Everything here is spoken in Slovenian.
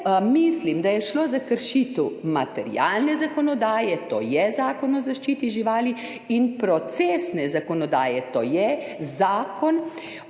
mislim, da je šlo za kršitev materialne zakonodaje, to je Zakon o zaščiti živali, in procesne zakonodaje, to je Zakon